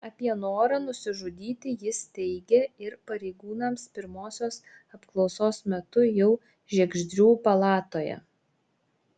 apie norą nusižudyti jis teigė ir pareigūnams pirmosios apklausos metu jau žiegždrių palatoje